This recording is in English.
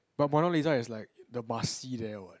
but Mona Lisa is like the must see there what